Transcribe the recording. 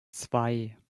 zwei